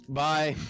bye